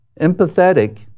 empathetic